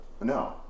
No